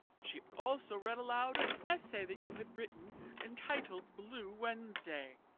she also read aloud an essay that you had written entitled, blue wednesday